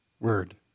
word